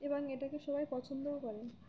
এবং এটাকে সবাই পছন্দও করেন